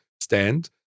stand